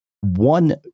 One